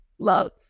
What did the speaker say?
Love